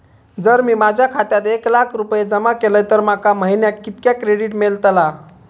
जर मी माझ्या खात्यात एक लाख रुपये जमा केलय तर माका महिन्याक कितक्या क्रेडिट मेलतला?